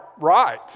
right